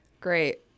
Great